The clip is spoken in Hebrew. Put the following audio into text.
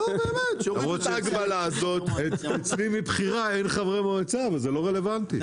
אצלי מבחירה אין חברי מועצה אבל זה לא רלוונטי,